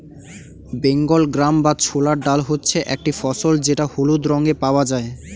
Bengal gram বা ছোলার ডাল হচ্ছে একটি ফসল যেটা হলুদ রঙে পাওয়া যায়